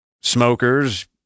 smokers